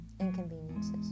inconveniences